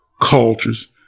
cultures